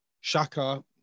Shaka